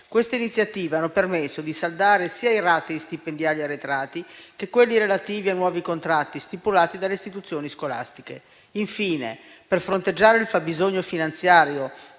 Queste iniziative hanno permesso di saldare sia i ratei stipendiali arretrati, che quelli relativi ai nuovi contratti stipulati dalle istituzioni scolastiche. Infine, per fronteggiare il fabbisogno finanziario